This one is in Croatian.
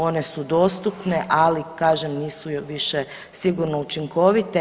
One su dostupne, ali kažem nisu više sigurno učinkovite.